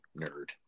nerd